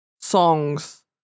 songs